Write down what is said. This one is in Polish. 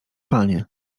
panie